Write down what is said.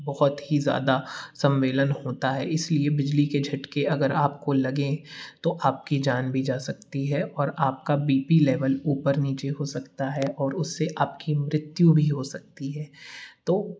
बहुत ही ज़्यादा सम्मेलन होता है इसलिए बिजली के झटके अगर आपको लगें तो आपकी जान भी जा सकती है और आपका बी पी लेवल ऊपर नीचे हो सकता है और उससे आपकी मृत्यु भी हो सकती है तो